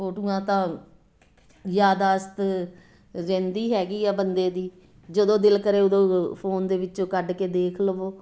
ਫੋਟੋਆਂ ਤਾਂ ਯਾਦਾਸ਼ਤ ਰਹਿੰਦੀ ਹੈਗੀ ਆ ਬੰਦੇ ਦੀ ਜਦੋਂ ਦਿਲ ਕਰੇ ਉਦੋਂ ਫੋਨ ਦੇ ਵਿੱਚੋਂ ਕੱਢ ਕੇ ਦੇਖ ਲਵੋ